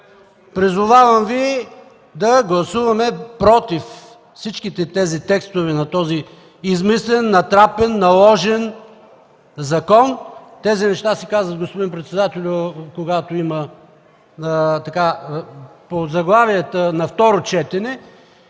Призовавам Ви да гласуваме „против” всичките текстове на този измислен, натрапен, наложен закон. Тези неща се казват, господин председателю, когато има така по заглавията на второ четене.